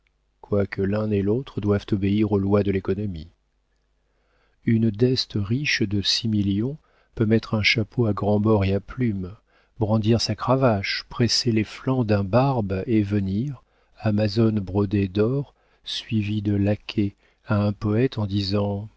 quoique l'un et l'autre doivent obéir aux lois de l'économie une d'este riche de six millions peut mettre un chapeau à grands bords et à plumes brandir sa cravache presser les flancs d'un barbe et venir amazone brodée d'or suivie de laquais à un poëte en disant